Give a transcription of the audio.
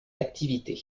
attractivité